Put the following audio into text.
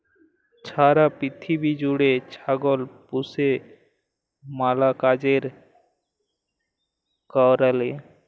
ছারা পিথিবী জ্যুইড়ে ছাগল পুষে ম্যালা কাজের কারলে